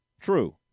True